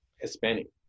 Hispanic